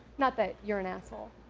not that you're an asshole.